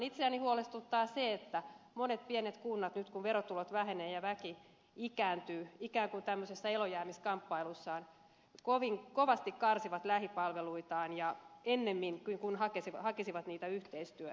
itseäni huolestuttaa se että monet pienet kunnat nyt kun verotulot vähenevät ja väki ikääntyy kovin kovasti karsivat lähipalveluitaan ikään kuin tämmöisessä eloonjäämiskamppailussaan ennemmin kuin hakisivat niitä yhteistyökumppaneita